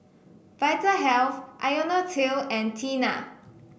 Vitahealth IoniL T and Tena